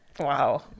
wow